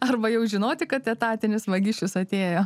arba jau žinoti kad etatinis vagišius atėjo